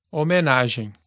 homenagem